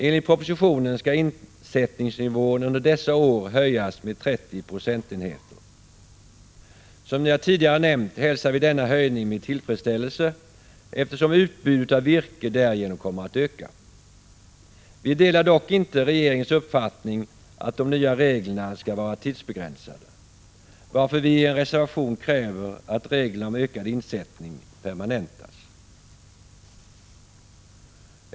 Enligt propositionen skall insättningsnivån under dessa år höjas med 30 procentenheter. Som jag tidigare nämnt hälsar vi denna höjning med tillfredsställelse eftersom utbudet av virke därigenom kommer att öka. Vi delar dock inte regeringens uppfattning att de nya reglerna skall vara tidsbegränsade, varför vi i en reservation kräver att reglerna om ökad insättning permanentas.